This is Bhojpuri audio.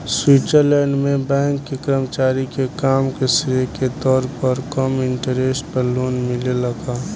स्वीट्जरलैंड में बैंक के कर्मचारी के काम के श्रेय के तौर पर कम इंटरेस्ट पर लोन मिलेला का?